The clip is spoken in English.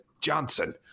Johnson